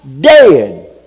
dead